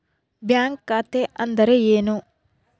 Bank ಖಾತೆ ಅಂದರೆ ಏನು?